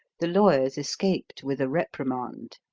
the lawyers escaped with a reprimand.